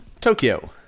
Tokyo